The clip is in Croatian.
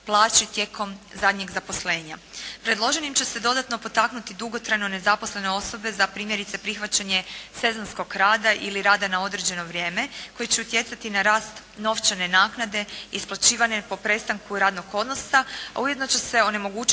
plaći tijekom zadnjeg zaposlenja. Predloženim će se dodatno potaknuti dugotrajno nezaposlene osobe za primjerice prihvaćanje sezonskog rada ili rada na određeno vrijeme koji će utjecati na rast novčane naknade isplaćivane po prestanku radnog odnosa, a ujedno će se onemogućiti